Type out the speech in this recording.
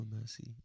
Mercy